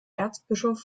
erzbischof